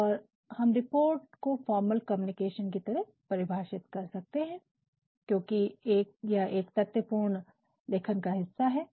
और तो हम रिपोर्ट को फॉर्मल कम्युनिकेशन की तरह परिभाषित कर सकते हैं क्योंकि यह एक तथ्य पूर्ण लेखन का हिस्सा है